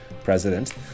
president